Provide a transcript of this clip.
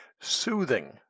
Soothing